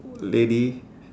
lady